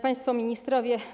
Państwo Ministrowie!